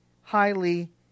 highly